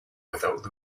without